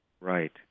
Right